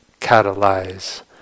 catalyze